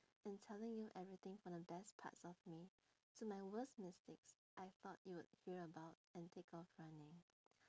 and telling you everything from the best parts of me to my worst mistake I thought you would hear about and take off running